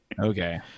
Okay